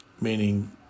meaning